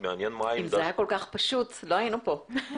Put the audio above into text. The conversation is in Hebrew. אם זה היה כל כך פשוט לא היינו פה.